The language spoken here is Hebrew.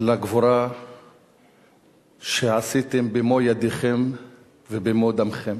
מעשי הגבורה שעשיתם במו-ידיכם ובמו-דמכם.